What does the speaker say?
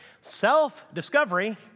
self-discovery